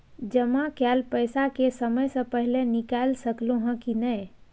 जमा कैल पैसा के समय से पहिले निकाल सकलौं ह की नय?